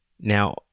now